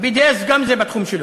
ה-BDS, גם זה בתחום שלו.